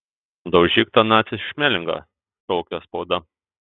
daužyk tą nacį šmelingą šaukė spauda